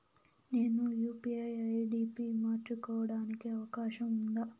నేను UPI ID పి మార్చుకోవడానికి అవకాశం ఉందా?